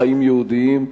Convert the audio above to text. חיים יהודיים,